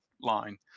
line